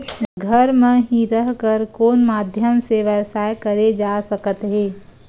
घर म हि रह कर कोन माध्यम से व्यवसाय करे जा सकत हे?